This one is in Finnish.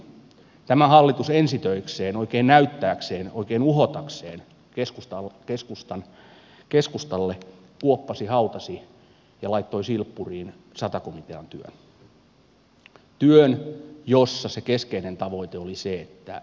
tämä hallitus ensi töikseen oikein näyttääkseen oikein uhotakseen keskustalle kuoppasi hautasi ja laittoi silppuriin sata komitean työn työn jossa se keskeinen tavoite oli se että sosiaaliturvaa yksinkertaistetaan